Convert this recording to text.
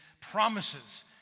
promises